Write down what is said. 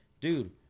dude